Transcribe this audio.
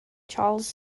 charles